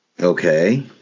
Okay